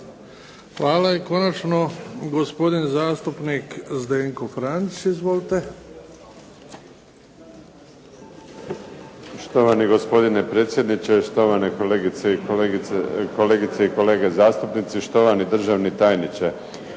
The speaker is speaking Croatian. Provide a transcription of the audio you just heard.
Hvala. I konačno, gospodin zastupnik Zdenko Franić. Izvolite. **Franić, Zdenko (SDP)** Štovani gospodine predsjedniče, štovane kolegice i kolege zastupnici, štovani državni tajniče.